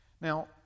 Now